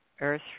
earth